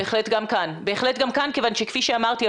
בהחלט גם כאן כיוון שכפי שאמרתי,